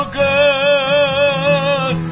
good